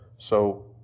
so